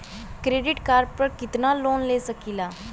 Credit card पर कितनालोन ले सकीला?